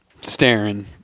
staring